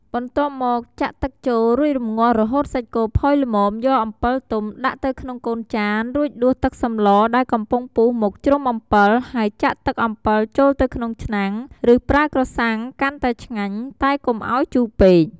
បន្ទាប់មកចាក់ទឹកចូលរួចរម្ងាស់រហូតសាច់គោផុយល្មម យកអំពិលទុំដាក់ទៅក្នុងកូនចាន រួចដួសទឹកសម្លដែលកំពុងពុះមកជ្រំ អំពិល ហើយចាក់ទឹកអំពិលចូលទៅក្នុងឆ្នាំងឬប្រើក្រសាំងកាន់តែឆ្ងាញ់ តែកុំឱ្យជូរពេក។